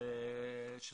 אנחנו